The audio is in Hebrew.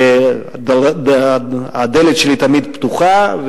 והדלת שלי תמיד פתוחה.